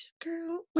girl